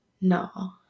No